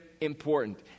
important